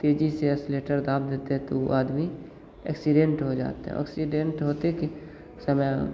तेज़ी से एसलेटर दाब देते है तो उ आदमी एक्सीडेंट हो जाता है ऑक्सीडेंट होते कि समय